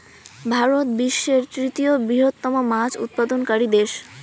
ভারত বিশ্বের তৃতীয় বৃহত্তম মাছ উৎপাদনকারী দেশ